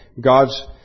God's